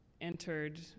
entered